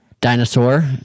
dinosaur